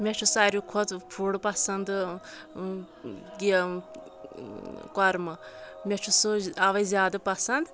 مےٚ چھُ ساروی کھۄتہٕ فُڈ پسنٛد یہِ قۄرمہٕ مےٚ چھُ سُہ اوٕے زیادٕ پسنٛد